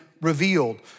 revealed